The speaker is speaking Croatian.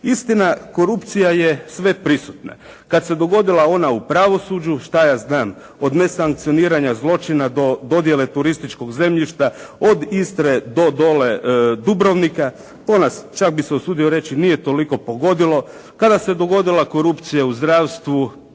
Istina korupcija je sve prisutna. Kada se dogodila ona u pravosuđu, što ja znam, od nesankcioniranja zločina do dodjele turističkog zemljišta od Istre do dole do Dubrovnika, to nas čak bi se usudio reći nije toliko pogodilo, kada se dogodila korupcija u zdravstvu,